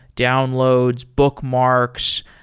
downloads, bookmarks,